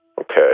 Okay